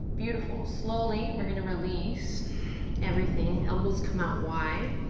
beautiful. slowly, we're gonna release everything, elbows come out wide,